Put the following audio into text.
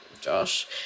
Josh